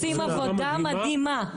הם עושים עבודה מדהימה בשטח.